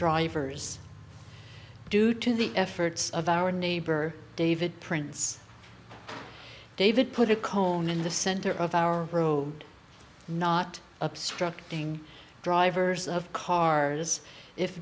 drivers due to the efforts of our neighbor david prince david put a cone in the center of our road not obstructing drivers of cars if